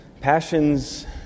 Passions